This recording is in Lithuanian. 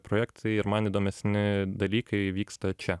projektai ir man įdomesni dalykai vyksta čia